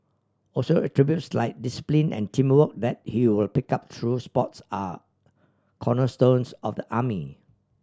also attributes like discipline and teamwork that he will pick up through sports are cornerstones of the army